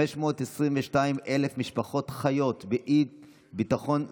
522,000 משפחות חיות באי-ביטחון תזונתי,